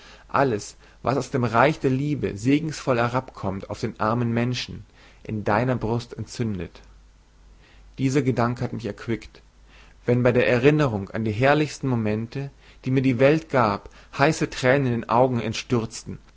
alles was aus dem reich der liebe segensvoll herabkommt auf den armen menschen in deiner brust entzündet dieser gedanke hat mich erquickt wenn bei der erinnerung an die herrlichsten momente die mir die welt gab heiße tränen den augen entstürzten